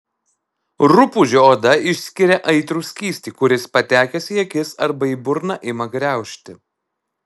rupūžių oda išskiria aitrų skystį kuris patekęs į akis arba į burną ima graužti